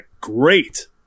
great